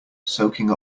soaking